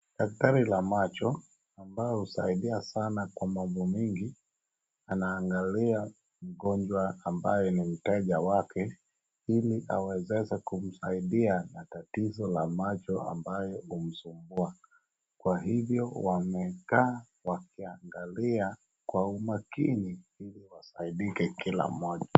Daktari la macho ambaye husaidia watu kwa mambo mengi anaangalia mgonjwa ambaye ni mteja wake iliawezeshe kumsaidia na tatizo la macho ambayo humsubua. Kwa hivyo wamekaa wakiangalia kwa umakini ili wasaindike kila mmoja.